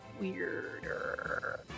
weirder